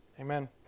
amen